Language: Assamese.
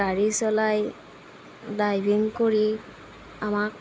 গাড়ী চলাই ড্ৰাইভিং কৰি আমাক